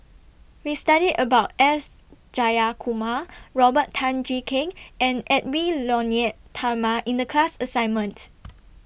We studied about S Jayakumar Robert Tan Jee Keng and Edwy Lyonet Talma in The class assignment